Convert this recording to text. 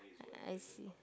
I see